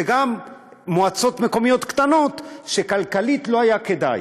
וגם מועצות מקומיות קטנות שכלכלית לא היה כדאי.